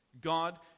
God